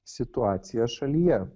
situacija šalyje